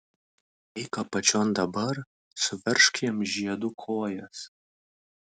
eik apačion dabar suveržk jam žiedu kojas